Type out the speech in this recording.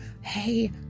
hey